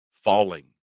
falling